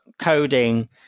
coding